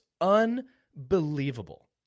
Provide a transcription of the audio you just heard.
unbelievable